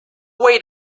wait